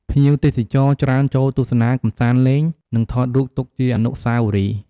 ភ្ញៀវទេសចរច្រើនចូលទស្សនាកម្សាន្តលេង និងថតរូបទុកជាអនុស្សាវររីយ៍។